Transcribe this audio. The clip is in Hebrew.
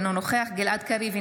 אינו נוכח גלעד קריב,